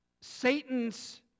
Satan's